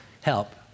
help